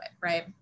right